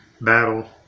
battle